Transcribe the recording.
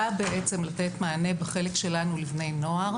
באה בעצם לתת מענה בחלק שלנו לבני נוער,